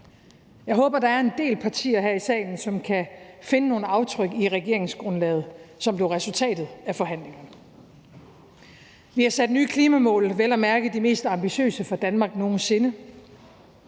Jeg håber, der er en del partier her i salen, som kan finde nogle aftryk i regeringsgrundlaget, som blev resultatet af forhandlingerne. Vi har sat nye klimamål, vel at mærke de mest ambitiøse for Danmark nogen sinde.